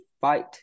fight